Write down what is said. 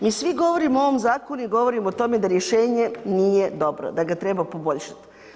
Mi svi govorimo o ovome zakonu i govorimo o tome da rješenje nije dobro, da ga treba poboljšati.